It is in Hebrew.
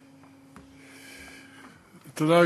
תודה,